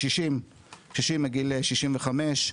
קשישים מעל גיל 65,